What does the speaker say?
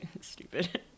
stupid